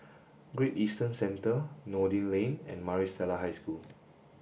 great Eastern Centre Noordin Lane and Maris Stella High School